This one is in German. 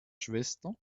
schwester